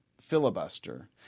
filibuster